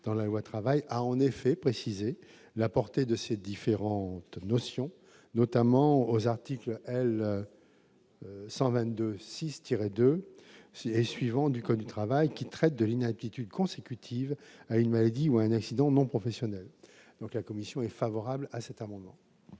dans la loi travail a en effet précisé la portée de ces différentes notions notamment aux articles L.. 122 6 2 et suivants du Code du travail qui traite de l'inaptitude consécutive à une maladie ou un accident non professionnels, donc, la commission est favorable à cet amendement.